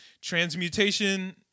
transmutation